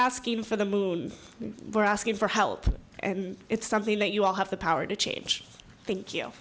asking for the moon we're asking for help and it's something that you all have the power to change thank you